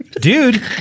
dude